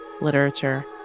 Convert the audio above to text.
literature